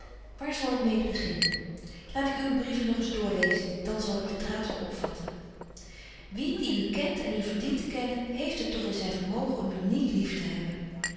waar zal ik mede beginnen laat ik uwe brieven nog eens doorlezen dan zal ik den draad wel opvatten wie die u kent en u verdient te kennen heeft het toch in zyn vermogen om u niet lief te hebben